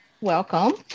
Welcome